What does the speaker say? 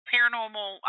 Paranormal